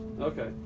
Okay